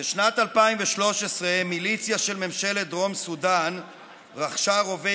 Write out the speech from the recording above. בשנת 2013 מיליציה של ממשלת דרום סודן רכשה רובי